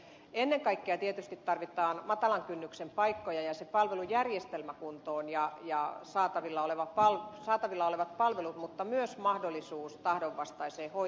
ennen kaikkea tietysti tarvitaan matalan kynnyksen paikkoja ja palvelujärjestelmä sekä saatavilla olevat palvelut kuntoon mutta myös mahdollisuus tahdonvastaiseen hoitoon